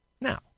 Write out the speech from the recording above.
Now